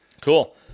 Cool